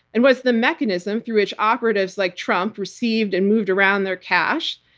and was the mechanism through which operatives like trump received and moved around their cash.